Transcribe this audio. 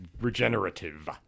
Regenerative